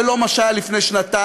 זה לא מה שהיה לפני שנתיים,